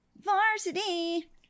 Varsity